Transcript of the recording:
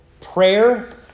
prayer